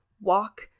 walk